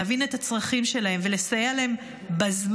להבין את הצרכים שלהם ולסייע להם בזמן,